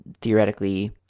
theoretically